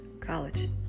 college